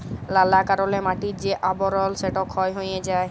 লালা কারলে মাটির যে আবরল সেট ক্ষয় হঁয়ে যায়